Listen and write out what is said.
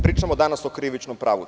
Pričamo danas o krivičnom pravu.